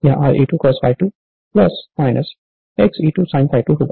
यह Re2 cos ∅2 Xe2 sin ∅2 होगा